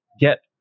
get